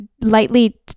lightly